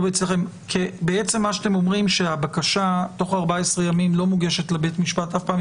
אתם בעצם אומרים שהבקשה תוך 14 ימים לא מוגשת לבית משפט אלא היא